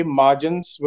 margins